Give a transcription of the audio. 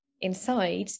inside